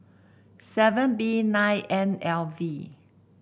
seven B nine N L V